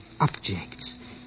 objects